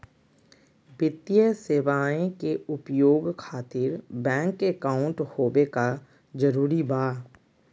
वित्तीय सेवाएं के उपयोग खातिर बैंक अकाउंट होबे का जरूरी बा?